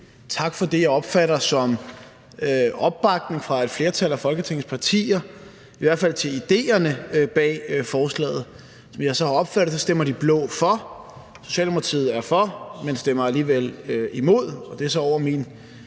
tak for det, jeg opfatter som en opbakning fra et flertal af Folketingets partier, i hvert fald til idéerne bag forslaget. Sådan som jeg har opfattet det, stemmer de blå partier for, og Socialdemokratiet er for, men stemmer alligevel imod. Det ligger så ud over min